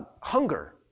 hunger